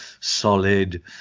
solid